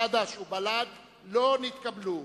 חד"ש ובל"ד לא נתקבלה.